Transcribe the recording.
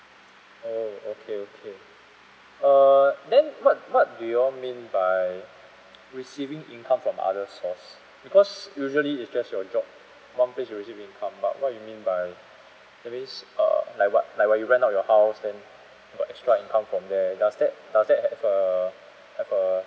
oh okay okay uh then what what do you all mean by receiving income from other source because usually if that's your job one place you're receiving income but what you mean by that means uh like what like when you rent out your house then got extra income from there does that does that have a have a